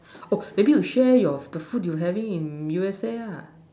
oh maybe you share your the food you having in U_S_A ah